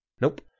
Nope